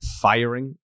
firing